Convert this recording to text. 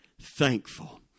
thankful